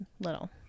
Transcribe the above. little